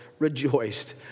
rejoiced